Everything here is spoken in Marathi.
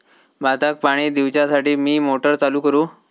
भाताक पाणी दिवच्यासाठी मी मोटर चालू करू?